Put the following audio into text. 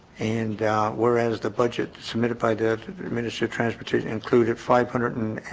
and whereas the budget submitted by deaf to the ministry of transportation included five hundred and